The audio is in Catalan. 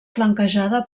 flanquejada